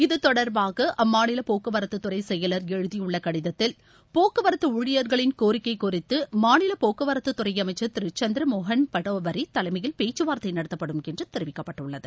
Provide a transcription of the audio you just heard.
இத்தொடர்பாக அம்மாநில போக்குவரத்து துறை செயலர் எழுதியுள்ள கடிதத்தில் போக்குவரத்து ஊழியர்களின் கோரிக்கை குறித்து மாநில போக்குவரத்து துறை அமைச்சர் திரு சந்திரமோகன் பட்டோவரி தலைமையில் பேச்சுவார்த்தை நடத்தப்படும் என தெரிவிக்கப்பட்டுள்ளது